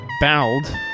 bowled